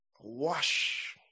wash